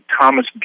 Thomas